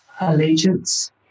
allegiance